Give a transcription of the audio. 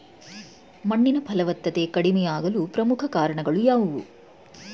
ಮಣ್ಣಿನ ಫಲವತ್ತತೆ ಕಡಿಮೆಯಾಗಲು ಪ್ರಮುಖ ಕಾರಣಗಳು ಯಾವುವು?